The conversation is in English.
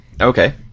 Okay